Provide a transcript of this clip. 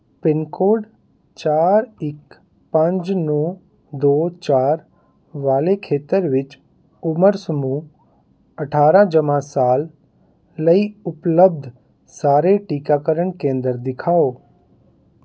pin code ਚਾਰ ਇੱਕ ਪੰਜ ਨੌ ਦੋ ਚਾਰ ਵਾਲੇ ਖੇਤਰ ਵਿੱਚ ਉਮਰ ਸਮੂਹ ਅਠਾਰ੍ਹਾਂ ਜਮਾਂ ਸਾਲ ਲਈ ਉਪਲਬਧ ਸਾਰੇ ਟੀਕਾਕਰਨ ਕੇਂਦਰ ਦਿਖਾਓ